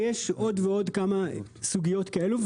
ויש עוד ועוד סוגיות כאלו,